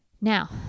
Now